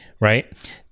right